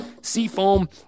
Seafoam